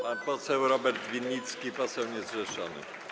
Pan poseł Robert Winnicki, poseł niezrzeszony.